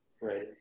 right